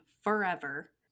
forever